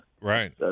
Right